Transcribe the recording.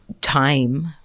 time